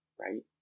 right